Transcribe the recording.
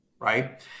right